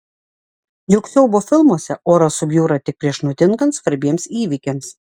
juk siaubo filmuose oras subjūra tik prieš nutinkant svarbiems įvykiams